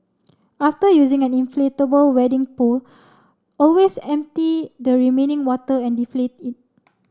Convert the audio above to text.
after using an inflatable wading pool always empty the remaining water and deflate it